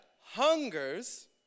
hungers